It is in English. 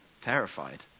terrified